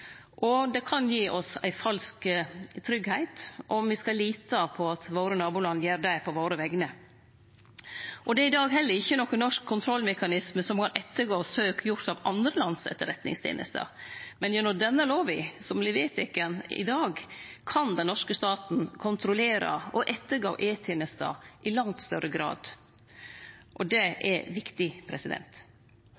og det kan gi oss ein falsk tryggleik om me skal lite på at våre naboland gjer det på vegner av oss. Det er i dag heller ikkje nokon norsk kontrollmekanisme som kan ettergå søk gjort av andre lands etterretningstenester, men gjennom den lova som vert vedteken i dag, kan den norske staten kontrollere og ettergå E-tenesta i langt større grad, og det